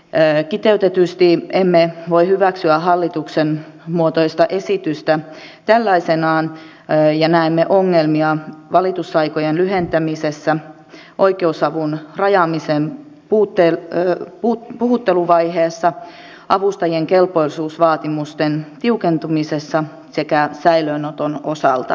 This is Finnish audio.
kiteytetysti emme voi hyväksyä hallituksen muotoista esitystä tällaisenaan ja näemme ongelmia valitusaikojen lyhentämisessä oikeusavun rajaamisen puhutteluvaiheessa avustajien kelpoisuusvaatimusten tiukentumisessa sekä säilöönoton osalta